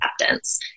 acceptance